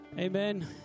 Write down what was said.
Amen